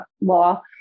law